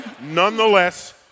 nonetheless